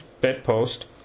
bedpost